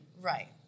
Right